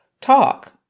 talk